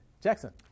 Jackson